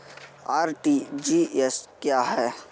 RTGS क्या है?